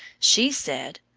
she said,